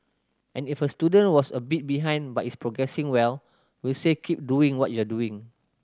and if a student was a bit behind but is progressing well we'll say keep doing what you're doing